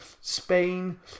Spain